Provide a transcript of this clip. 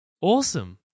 Awesome